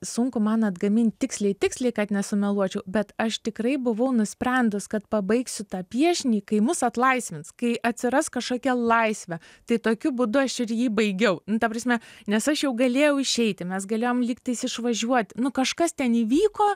sunku man atgamint tiksliai tiksliai kad nesumeluočiau bet aš tikrai buvau nusprendus kad pabaigsiu tą piešinį kai mus atlaisvins kai atsiras kažkokia laisvė tai tokiu būdu aš ir jį baigiau nu ta prasme nes aš jau galėjau išeiti mes galėjom lyg tais išvažiuoti nu kažkas ten įvyko